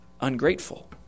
ungrateful